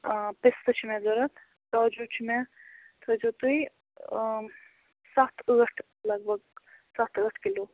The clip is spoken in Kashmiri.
پِستہٕ چھِ مےٚ ضوٚرتھ کاجوٗ چھِ مےٚ تھٲیزیو تُہۍ ستھ ٲٹھ لگ بگ ستھ ٲٹھ کِلوٗ